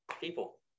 people